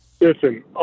Listen